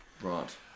Right